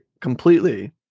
completely